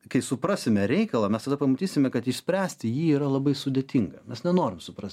kai suprasime reikalą mes tada pamatysime kad išspręsti jį yra labai sudėtinga mes nenorim suprast